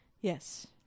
Yes